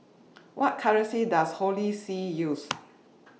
What currency Does Holy See use